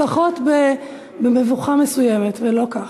לפחות במבוכה מסוימת, ולא כך.